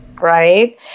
right